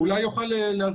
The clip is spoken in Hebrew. אולי מר